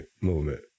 movement